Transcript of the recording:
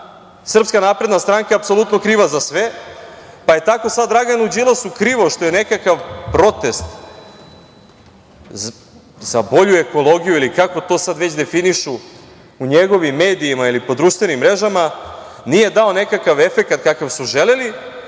da je ovih dana SNS apsolutno kriva za sve, pa je tako sad Draganu Đilasu krivo što nekakav protest za bolju ekologiju, ili kako to sad već definišu u njegovim medijima ili po društvenim mrežama, nije dao nekakav efekat kakav su želeli